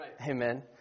Amen